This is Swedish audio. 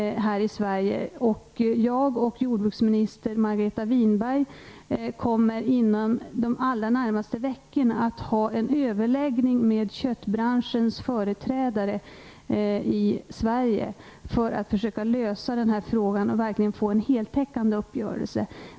Jag och jordbruksminister Margareta Winberg kommer inom de närmaste veckorna att ha en överläggning med köttbranschens företrädare i Sverige för att försöka lösa den här frågan och för att få till stånd en heltäckande uppgörelse.